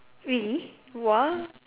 really !wah!